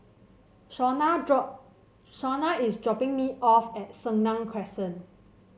Shawnna drop Shawnna is dropping me off at Senang Crescent